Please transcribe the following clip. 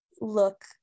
look